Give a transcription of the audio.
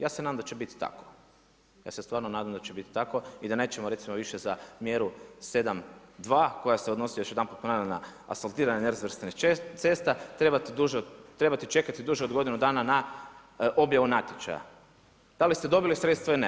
Ja se nadam da će biti tako, ja se stvarno nadam da će biti tako i da nećemo recimo više za mjeru 7.2. koja se odnosi ponavljam na asfaltiranje nerazvrstanih cesta trebati čekati duže od godinu dana na objavu natječaja, da li ste dobili sredstva ili ne.